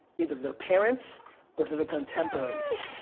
either their parents or to the contemporaries.